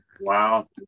Wow